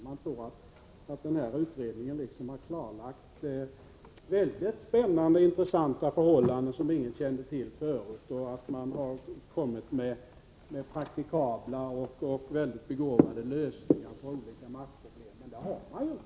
Man tror att utredningen har klarlagt väldigt spännande och intressanta förhållanden som ingen kände till förut och att den kommit med praktikabla och väldigt begåvade lösningar på olika maktproblem, men det har den ju inte.